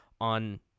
on